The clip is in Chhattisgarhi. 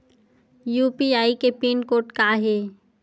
यू.पी.आई के पिन कोड का हे?